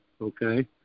Okay